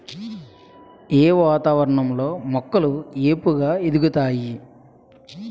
ఏ వాతావరణం లో మొక్కలు ఏపుగ ఎదుగుతాయి?